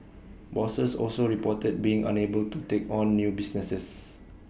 bosses also reported being unable to take on new business